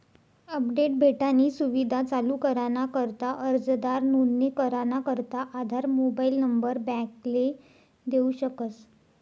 update भेटानी सुविधा चालू कराना करता अर्जदार नोंदणी कराना करता आधार मोबाईल नंबर बॅकले देऊ शकस